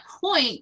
point